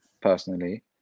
personally